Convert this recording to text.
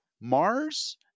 Mars